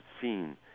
seen